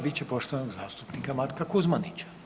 bit će poštovanog zastupnika Matka Kuzmanića.